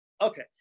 Okay